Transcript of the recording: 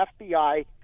FBI